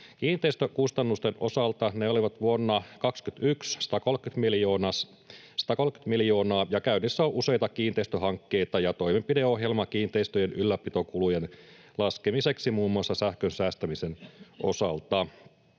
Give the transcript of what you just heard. Kiinteistökustannusten osalta ne olivat vuonna 21 130 miljoona, ja käynnissä on useita kiinteistöhankkeita ja toimenpideohjelma kiinteistöjen ylläpitokulujen laskemiseksi muun muassa sähkönsäästämisen osalta.